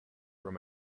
from